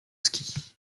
ski